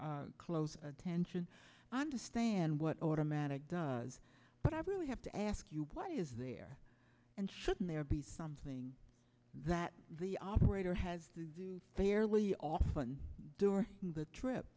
close attention i understand what automatic does but i really have to ask you why is there and shouldn't there be something that the operator has to do fairly often during the trip